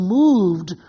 moved